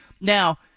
Now